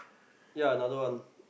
ya another one